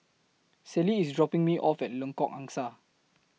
Celie IS dropping Me off At Lengkok Angsa